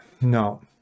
no